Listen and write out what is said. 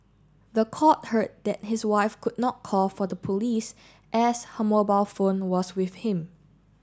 the court heard that his wife could not call for the police as her mobile phone was with him